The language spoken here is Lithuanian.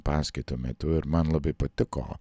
paskaitų metu ir man labai patiko